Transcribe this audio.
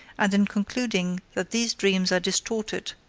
and in concluding that these dreams are distorted,